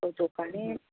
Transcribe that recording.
তো দোকানে